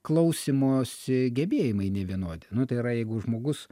klausymosi gebėjimai nevienodi nu tai yra jeigu žmogus